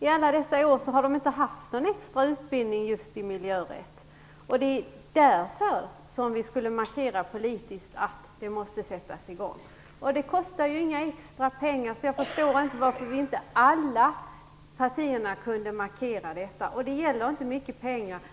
Under alla dessa år har man inte haft någon extra utbildning i miljörätt. Det är därför vi borde markera politiskt att en sådan måste sättas i gång. Det kostar inget extra, så jag förstår inte varför inte alla partier kan markera detta. Det gäller inte mycket pengar.